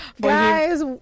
Guys